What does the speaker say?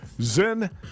Zen